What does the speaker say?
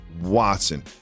Watson